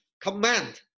command